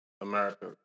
America